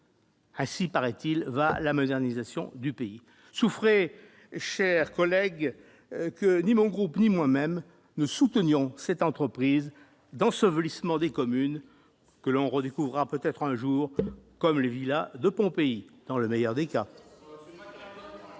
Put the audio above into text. Ainsi va, paraît-il, la modernisation du pays. Souffrez, mes chers collègues, que ni mon groupe ni moi-même ne soutenions cette entreprise d'ensevelissement des communes, que l'on redécouvrira peut-être un jour comme les villas de Pompéi, dans le meilleur des cas.